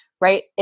right